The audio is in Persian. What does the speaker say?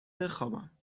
بخوابم